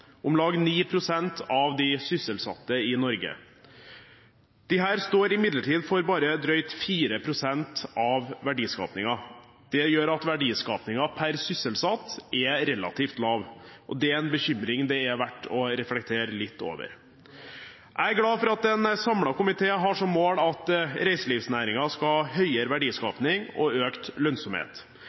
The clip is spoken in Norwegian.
om lag 9 pst. av de sysselsatte i Norge. Disse står imidlertid for bare drøyt 4 pst. av verdiskapingen. Det gjør at verdiskapingen per sysselsatt er relativt lav, og det er en bekymring det er verdt å reflektere litt over. Jeg er glad for at en samlet komité har som mål at reiselivsnæringen skal ha høyere verdiskaping og økt lønnsomhet.